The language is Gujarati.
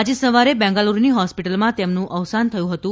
આજે સવારે બેંગાલુરુની હોસ્પિટલમાં તેમનુ અવસાન થયુ હતુ